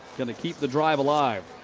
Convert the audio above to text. going to keep the drive alive.